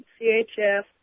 CHF